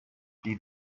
die